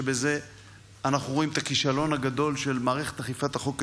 שבזה אנחנו רואים את הכישלון הגדול של מערכת אכיפת החוק הישראלית,